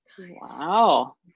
Wow